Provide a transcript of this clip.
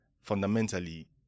fundamentally